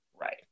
right